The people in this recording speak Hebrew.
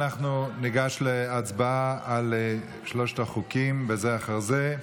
אנחנו ניגש להצבעה על שלושת החוקים זה אחר זה.